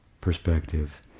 perspective